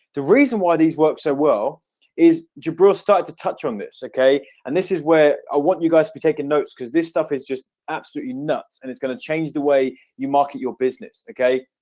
the reason why these work so well is a broad start to touch on this okay? and this is where i want you guys to be taking notes because this stuff is just absolutely nuts and it's going to change the way you market your business, okay?